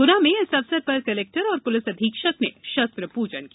गुना में इस अवसर पर कलेक्टर एवं पुलिस अधीक्षक ने शस्त्र पूजन की